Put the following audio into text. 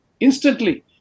Instantly